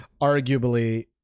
arguably